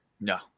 No